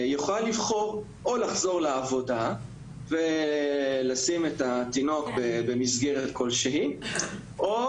יכולה לבחור או לחזור לעבודה ולשים את התינוק במסגרת כלשהי או